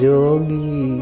Jogi